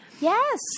yes